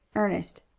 ernest,